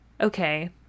okay